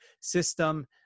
system